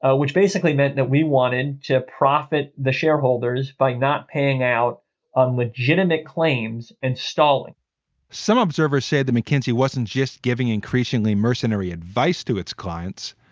ah which basically meant that we wanted to profit the shareholders by not paying out on legitimate claims and stalling some observers said the mckinsey wasn't just giving increasingly mercenary advice to its clients.